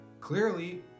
Clearly